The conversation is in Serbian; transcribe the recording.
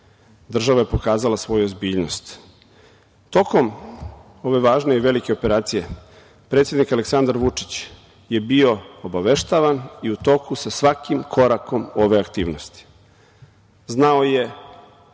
Država je pokazala svoju ozbiljnost. Tokom ove važne i velike operacije, predsednik Aleksandar Vučić je bio obaveštavan i u toku sa svakim korakom ove aktivnosti, znao je